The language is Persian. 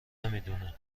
نمیدونه